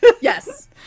yes